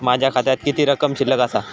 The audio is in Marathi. माझ्या खात्यात किती रक्कम शिल्लक आसा?